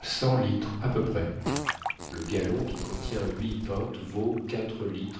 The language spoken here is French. cent litres à peu près le gallon qui contient huit pies vaut lit